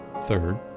Third